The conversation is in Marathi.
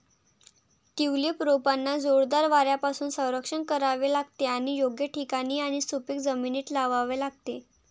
ट्यूलिप रोपांना जोरदार वाऱ्यापासून संरक्षण करावे लागते आणि योग्य ठिकाणी आणि सुपीक जमिनीत लावावे लागते